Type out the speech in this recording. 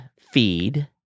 feed